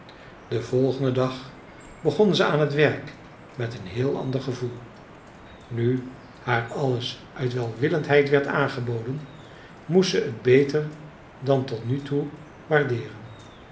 den volgenden dag begon ze aan t werk met een heel ander gevoel nu haar alles uit welwillendheid werd aangeboden moest ze het beter dan tot nu toe waardeeren